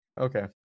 Okay